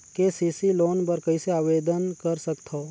KCC loan बर कइसे आवेदन कर सकथव?